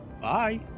bye